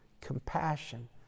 Compassion